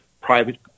private